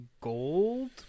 Gold